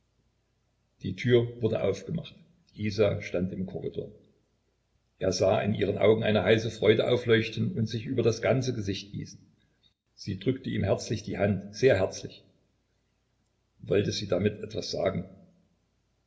die tür wurde aufgemacht isa stand im korridor er sah in ihren augen eine heiße freude aufleuchten und sich über das ganze gesicht gießen sie drückte ihm herzlich die hand sehr herzlich wollte sie damit etwas sagen